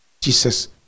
Jesus